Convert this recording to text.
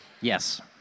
Yes